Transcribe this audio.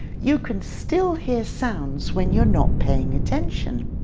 you can still hear sounds when you're not paying attention.